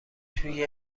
توی